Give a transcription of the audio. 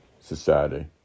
Society